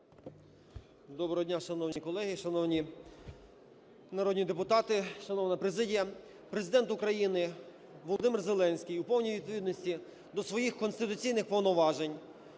Доброго дня, шановні колеги, шановні народні депутати, шановна президія, Президент України Володимир Зеленський у повній відповідності до своїх конституційних повноважень